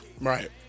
Right